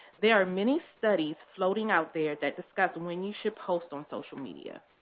there are many studies floating out there that discuss when when you should post on social media.